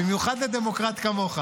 במיוחד לדמוקרט כמוך,